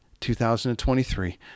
2023